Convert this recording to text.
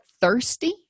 thirsty